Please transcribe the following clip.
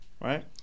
Right